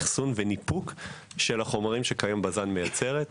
אחסון וניפוק של החומרים שבז"ן מייצרת כיום.